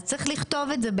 צרי צריך לכתוב את זה,